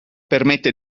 permette